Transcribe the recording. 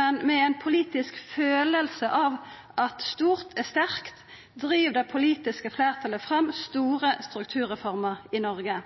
Men med ein politisk følelse av at stort er sterkt, driv det politiske fleirtalet fram store strukturreformer i Noreg,